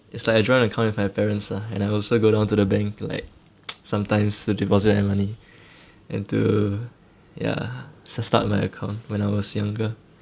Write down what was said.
it's like a joint account with my parents ah and I also go down to the bank like sometimes to deposit my money and to ya st~ start my account when I was younger